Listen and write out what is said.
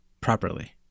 properly